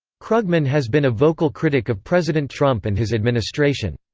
krugman has been a vocal critic of president trump and his administration.